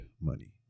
money